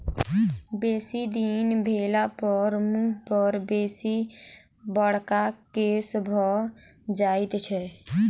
बेसी दिन भेलापर मुँह पर बेसी बड़का केश भ जाइत छै